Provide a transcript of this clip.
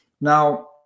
Now